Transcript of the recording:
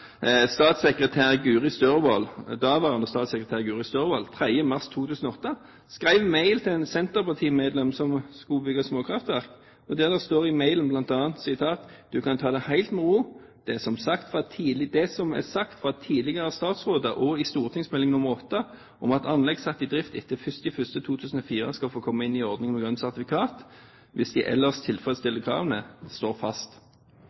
statssekretær i Olje- og energidepartementet Guri Størvold 3. mars 2008 skrev mail til et senterpartimedlem som skulle bygge småkraftverk, der det bl.a. sto: «Du kan ta det helt med ro. Det som er sagt fra tidligere statsråder og i stortingsmelding nr 11 om at anlegg satt i drift etter 1.1.2004 skal kunne komme inn i ordningen med grønne sertifikat hvis de ellers tilfredsstiller kravene, står fast.»